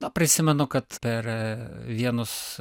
na prisimenu kad per vienus